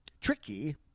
tricky